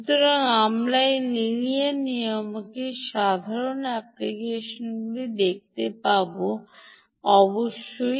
সুতরাং আমরা এই লিনিয়ার নিয়ামকের সাধারণ অ্যাপ্লিকেশনগুলি দেখতে পাব সময় অবশ্যই